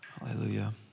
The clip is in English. Hallelujah